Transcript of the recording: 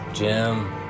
Jim